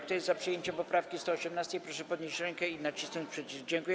Kto jest za przyjęciem poprawki 118., proszę podnieść rękę i nacisnąć przycisk.